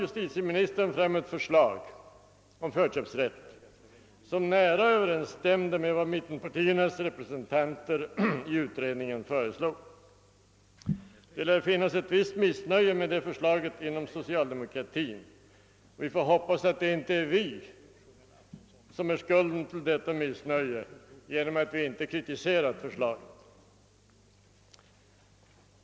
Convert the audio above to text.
Justitieministern lade sedan fram ett förslag om förköpsrätt, som nära överensstämde med det som mittenpartiernas representanter i utredningen föreslog. Det lär föreligga ett viss missnöje med detta förslag inom socialdemokratin, och vi får hoppas att det inte blir vi som får skulden för detta missnöje genom att wi inte kritiserat förslaget.